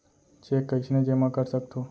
Cheque कईसने जेमा कर सकथो?